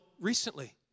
recently